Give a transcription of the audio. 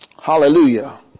Hallelujah